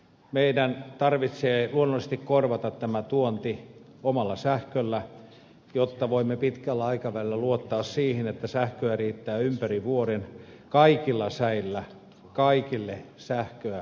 meidän tarvitsee luonnollisesti korvata tämä tuonti omalla sähköllä jotta voimme pitkällä aikavälillä luottaa siihen että sähköä riittää ympäri vuoden kaikilla säillä kaikille sähköä tarvitseville suomalaisille